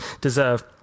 deserve